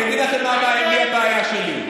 אני אגיד לכם עם מי הבעיה שלי.